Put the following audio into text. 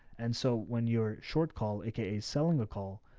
and so when you're short, call it k selling a call,